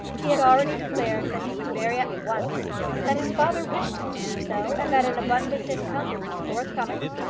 he had already declared that he would marry at once that his father wished him to do so, and that an abundant income would be forthcoming.